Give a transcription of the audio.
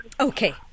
Okay